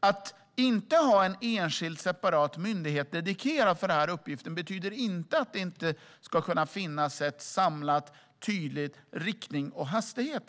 Att inte ha en enskild separat myndighet dedikerad för den här uppgiften betyder inte att det inte ska kunna finnas en samling i frågan med tydlig riktning och hastighet.